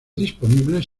disponibles